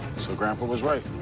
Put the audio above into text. so grandpa was right.